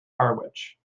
harwich